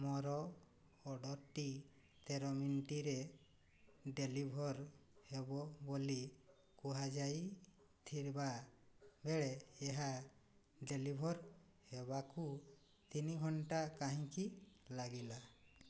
ମୋର ଅର୍ଡ଼ର୍ଟି ତେର ମିନିଟ୍ରେ ଡେଲିଭର୍ ହେବ ବୋଲି କୁହାଯାଇଥିବା ବେଳେ ଏହା ଡେଲିଭର୍ ହେବାକୁ ତିନି ଘଣ୍ଟା କାହିଁକି ଲାଗିଲା